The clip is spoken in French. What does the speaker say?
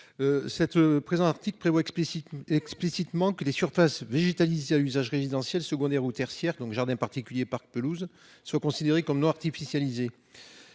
de loi prévoit explicitement que les surfaces végétalisées à usage résidentiel, secondaire ou tertiaire- jardins particuliers, parcs, pelouses -soient considérées comme non artificialisées.